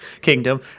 kingdom